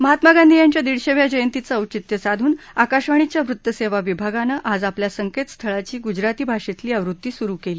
महात्मा गांधी यांच्या दीडशेव्या जयंतीचं औचित्य साधून आकाशवाणीच्या वृत्तसेवा विभागानं आज आपल्या संकेत स्थळाची गुजराती भाषेतली आवृत्ती सुरु केली